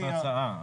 זו ההצעה.